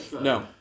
No